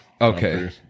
okay